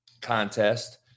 contest